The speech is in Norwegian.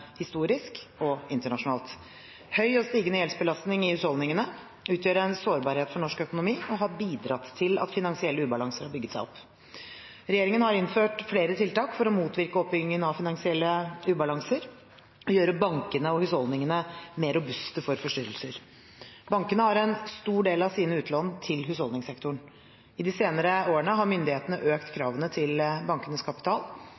historisk og internasjonalt. Høy og stigende gjeldsbelastning i husholdningene utgjør en sårbarhet for norsk økonomi og har bidratt til at finansielle ubalanser har bygget seg opp. Regjeringen har innført flere tiltak for å motvirke oppbyggingen av finansielle ubalanser og gjøre bankene og husholdningene mer robuste for forstyrrelser. Bankene har en stor del av sine utlån til husholdningssektoren. I de senere årene har myndighetene økt kravene til bankenes kapital.